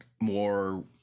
more